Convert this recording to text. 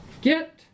get